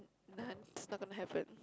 nah it's not gonna happen